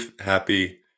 happy